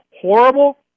horrible